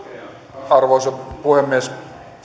arvoisa puhemies